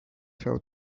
fell